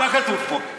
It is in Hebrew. מה כתוב פה?